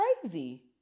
crazy